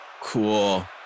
cool